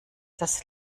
das